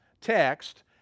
text